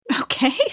Okay